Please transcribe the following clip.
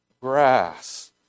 grass